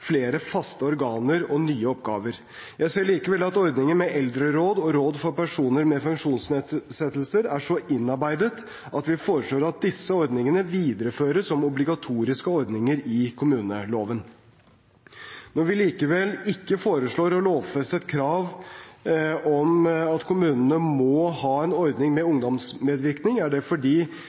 flere faste organer og nye oppgaver. Jeg ser likevel at ordningene med eldreråd og råd for personer med funksjonsnedsettelse er så innarbeidet, at vi foreslår at disse ordningene videreføres som obligatoriske ordninger i kommuneloven. Når vi likevel ikke foreslår å lovfeste et krav om at kommunene må ha en ordning med ungdomsmedvirkning, er det fordi